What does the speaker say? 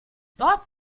dort